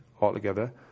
altogether